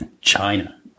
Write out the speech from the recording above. China